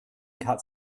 cats